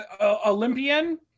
Olympian